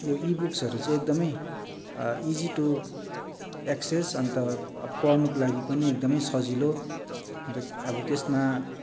यो ई बुक्सहरू चाहिँ एकदम इजी टु एक्सेस अन्त अब पढ्नुको लागि पनि एकदम सजिलो अन्त अब त्यसमा